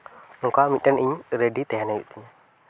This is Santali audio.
ᱚᱱᱠᱟ ᱢᱤᱫᱴᱮᱱ ᱤᱧ ᱨᱮᱰᱤ ᱛᱟᱦᱮᱱ ᱦᱩᱭᱩᱜ ᱛᱤᱧᱟᱹ